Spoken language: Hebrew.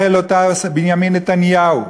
החל אותה בנימין נתניהו,